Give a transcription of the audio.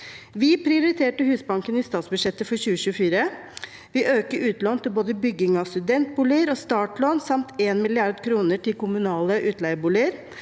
Vi prioriterte Husbanken i statsbudsjettet for 2024. Vi øker utlånene til både bygging av studentboliger og startlån samt gir 1 mrd. kr til kommunale utleieboliger.